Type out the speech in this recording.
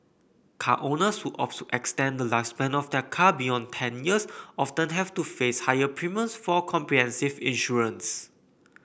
car owners who opt to extend the lifespan of their car beyond ten years often have to face higher premiums for comprehensive insurance